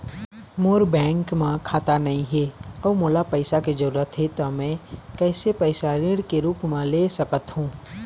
मोर bank म खाता नई हे अउ मोला पैसा के जरूरी हे त मे कैसे पैसा ऋण के रूप म ले सकत हो?